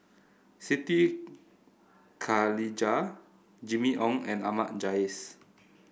Siti Khalijah Jimmy Ong and Ahmad Jais